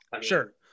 Sure